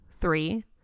three